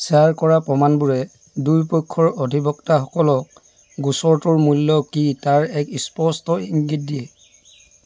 share কৰা প্ৰমাণবোৰে দুয়োপক্ষৰ অধিবক্তাসকলক গোচৰটোৰ মূল্য কি তাৰ এক স্পষ্ট ইংগিত দিয়ে